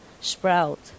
sprout